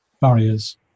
barriers